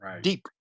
deep